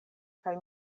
kaj